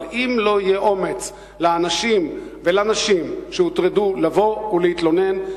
אבל אם לא יהיה אומץ לאנשים ולנשים שהוטרדו לבוא ולהתלונן,